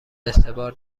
اعتبار